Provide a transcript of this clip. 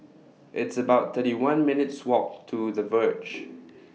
It's about thirty one minutes' Walk to The Verge